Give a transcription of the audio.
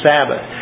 Sabbath